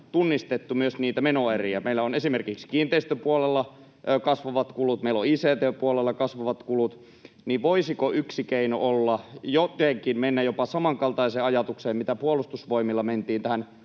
tunnistettu myös niitä menoeriä — meillä on esimerkiksi kiinteistöpuolella kasvavat kulut, meillä on ict-puolella kasvavat kulut — niin voisiko yksi keino olla se, että mennään jotenkin jopa samankaltaiseen ajatukseen kuin Puolustusvoimilla, kun mentiin